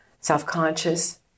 self-conscious